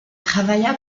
travailla